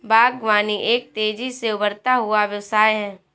बागवानी एक तेज़ी से उभरता हुआ व्यवसाय है